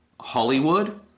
Hollywood